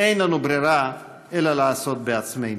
אין לנו ברירה אלא לעשות בעצמנו.